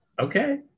okay